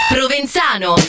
Provenzano